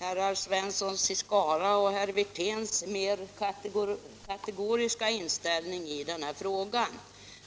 herrar Svenssons i Skara och Wirténs mer kategoriska inställning i den här frågan.